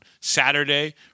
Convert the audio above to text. Saturday